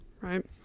right